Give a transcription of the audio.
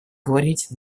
говорить